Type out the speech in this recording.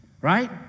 right